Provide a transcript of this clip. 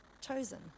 chosen